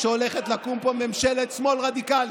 שהולכת לקום פה ממשלת שמאל רדיקלית,